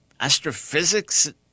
astrophysics